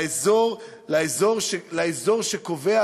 לאזור שקובע